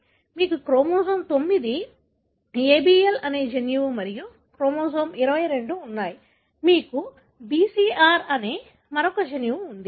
మీకు chromosome 9 ABL అనే జన్యువు మరియు క్రోమోజోమ్ 22 ఉన్నాయి మీకు BCR అనే మరొక జన్యువు ఉంది